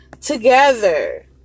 together